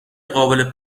قابل